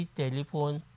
telephone